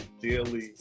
daily